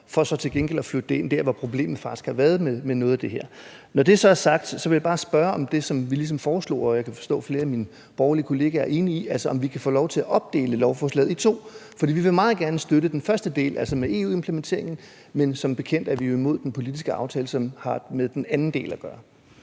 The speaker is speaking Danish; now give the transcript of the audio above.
for så til gengæld at flytte det ind der, hvor problemet faktisk har været med noget af det her. Når det så er sagt, vil jeg bare spørge til det, som vi ligesom foreslog, og som jeg kan forstå flere af mine borgerlige kollegaer er enige i, altså om vi kan få lov til at opdele lovforslaget i to. For vi vil meget gerne støtte den første del, altså EU-implementeringen, men som bekendt er vi jo imod den politiske aftale, som har med den anden del at gøre.